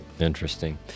interesting